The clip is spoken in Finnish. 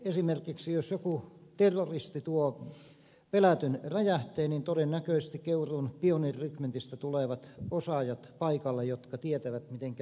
esimerkiksi jos joku terroristi tuo pelätyn räjähteen todennäköisesti keuruun pioneerirykmentistä tulevat osaajat paikalle jotka tietävät mitenkä menetellä